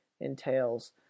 entails